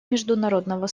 международного